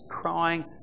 crying